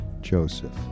joseph